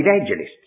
evangelists